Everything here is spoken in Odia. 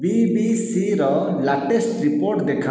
ବି ବି ସି ର ଲାଟେଷ୍ଟ୍ ରିପୋର୍ଟ ଦେଖାଅ